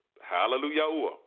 Hallelujah